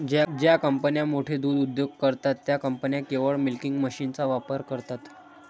ज्या कंपन्या मोठे दूध उद्योग करतात, त्या कंपन्या केवळ मिल्किंग मशीनचा वापर करतात